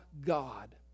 God